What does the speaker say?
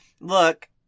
Look